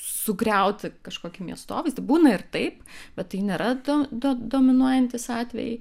sugriauti kažkokį miestovaizdį būna ir taip bet tai nėra do do dominuojantys atvejai